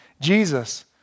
Jesus